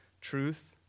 truth